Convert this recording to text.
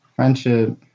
Friendship